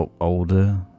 older